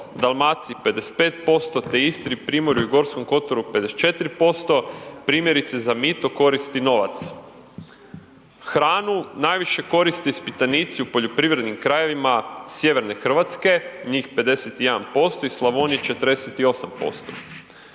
Dalmaciji 55% te Istri, Primorju i Gorskom kotaru 54%, primjerice za mito koristi novac. Hranu najviše koriste ispitanici u poljoprivrednim krajevima sjeverne Hrvatske, njih 51% i Slavonije 48%.